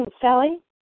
Sally